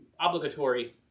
obligatory